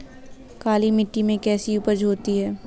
काली मिट्टी में कैसी उपज होती है?